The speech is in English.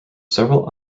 several